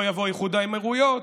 לא יבוא איחוד האמירויות,